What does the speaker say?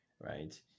right